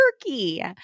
Turkey